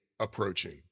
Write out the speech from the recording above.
approaching